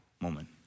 moment